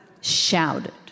Shouted